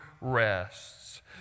rests